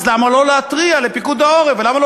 אז למה לא להתריע לפיקוד העורף ולמה לא